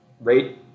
Rate